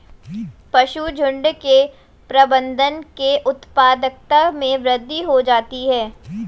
पशुझुण्ड के प्रबंधन से उत्पादकता में वृद्धि होती है